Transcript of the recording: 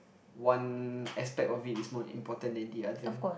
one aspect of it is more important than the other